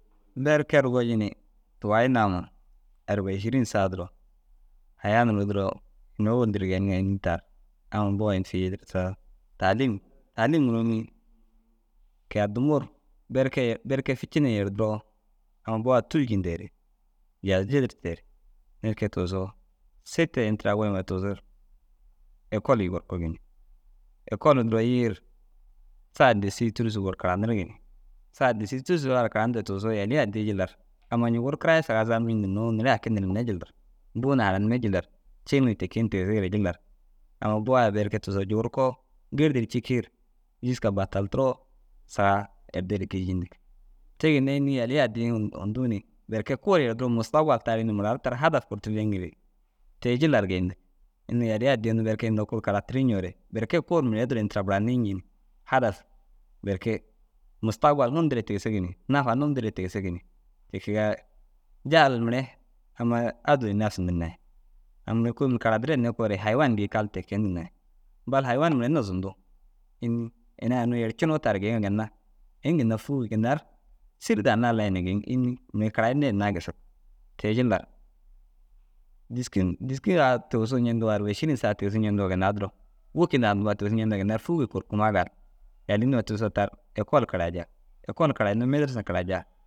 Berke ru goji ni tuwayi naaŋa arba ašîrin saa duro haya nuruu duro ini ôwol du geeniŋa înni tar? Aŋ boo ru ini fi yidirtiraa taalîm. Taalîm nuruu înni? Ke- i addi muu ru berke ye berke ficin nu yerdiroo amma ba tûljindeere jag- jidirteere belke tigisoo site ini tira goyima tigisoo ru ekol yugurukugi ni ekoluu duro yii ru sa disii tûrusuu gor karanirigi ni sa disii tûrusuu gor karanirde tigisoore yalii addii jillar amma ñugurukura i saga zam ñintinnoo naara haki nirenne jillar bûu na haranimme jillar cêniŋi ni ti kee ni tisigire jillar amma ba- i berke tigisoo jugurukugoo gêrdir cikii ru jîska bataltiroo saga adir kîijintig. Te ginna înni? Yalii addii hun, hundu ni berke kuu ru yerciroo mustagbal tarii ni mura ru tar hadaf « kurtum » yiŋire te- i jillar gende. Unnu yaliya addii unnu berke inda kuu karatirii ñoore berke kuu ru mire u duro ini tira buranii ñii ni hadaf berke mustagbal hun dîre tigisig ni nafa num dîre tigisig ni. Ti kegaa jaal mire amma « adû bin nafsi » ndinai. «Aŋ mire kôomil karadire hinne koore hayiwan gii kal » tigee ndinai. Bal hayiwan miren na zundu. Înni? Ini ai unnu yercinoo tar geeyiŋa ginna ini ginna ru fûi ginna ru sîri dannaa layineere geeyiŋ. Înni? Mire karayine hinnaa i gisig. Te- i jillar dîskin dîsiki a tigisu ñendigoo arba êširin sa tigisu ñendigoo ginna u duro wôki a nduma tigisu ñendigoo ru fûuge kurukumaa gali. Yalii nduma tusoo tar ekol karajaa. Ekol karayinnoo mêderesa karajaa.